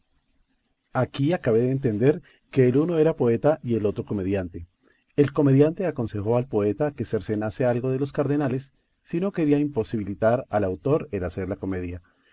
aquí acabé de entender que el uno era poeta y el otro comediante el comediante aconsejó al poeta que cercenase algo de los cardenales si no quería imposibilitar al autor el hacer la comedia